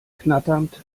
knatternd